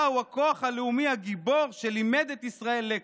הוא הכוח הלאומי הגיבור שלימד את ישראל לקח.